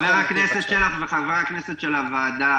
חבר הכנסת שלח וחברי הכנסת של הוועדה,